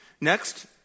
Next